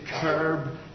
curb